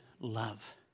love